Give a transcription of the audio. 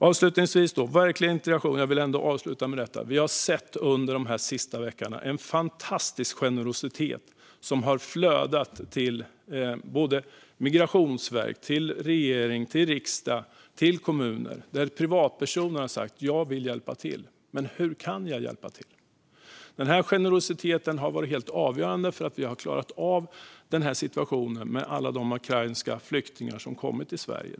Avslutningsvis: Vi har under de senaste veckorna sett en fantastisk generositet som har flödat till Migrationsverket, regeringen, riksdagen och kommuner där privatpersoner har sagt: Jag vill hjälpa till, men hur kan jag hjälpa till? Denna generositet har varit helt avgörande för att vi skulle klara av situationen med alla de ukrainska flyktingar som har kommit till Sverige.